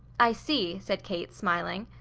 i see, said kate, smiling.